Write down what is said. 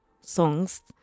songs